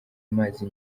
amazi